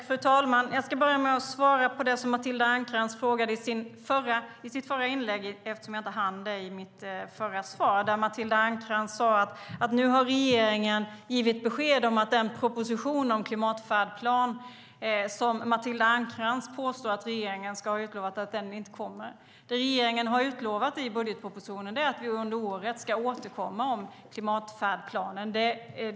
Fru talman! Jag ska börja med att svara på Matilda Ernkrans fråga från det förra inlägget eftersom jag inte hann med det i mitt förra svar. Matilda Ernkrans påstår att regeringen nu har givit besked om och har utlovat att propositionen om klimatfärdplan inte kommer att komma. Regeringen har i budgetpropositionen utlovat att vi ska återkomma om klimatfärdplanen under året.